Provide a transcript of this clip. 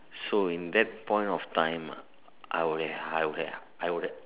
so in that that point of time I would have I would have I would have